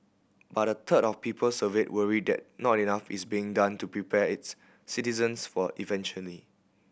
but a third of people surveyed worry that not enough is being done to prepare its citizens for eventually